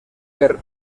per